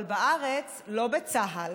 אבל בארץ, לא בצה"ל,